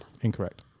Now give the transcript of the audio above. Incorrect